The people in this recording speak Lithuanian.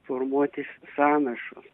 formuotis sąnašos